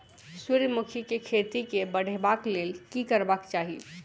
सूर्यमुखी केँ खेती केँ बढ़ेबाक लेल की करबाक चाहि?